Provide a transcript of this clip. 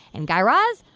and, guy raz,